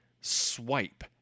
swipe